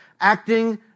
Acting